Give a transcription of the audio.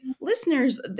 listeners